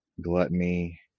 gluttony